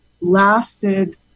lasted